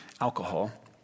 alcohol